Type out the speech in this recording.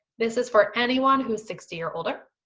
this is for anyone who's sixty or older.